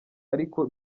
ariko